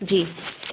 जी